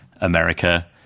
America